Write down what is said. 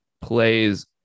plays